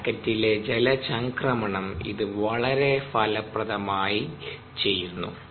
ജാക്കറ്റിലെ ജലചംക്രമണം ഇത് വളരെ ഫലപ്രദമായി ചെയ്യുന്നു